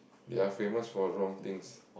you are famous for a wrong things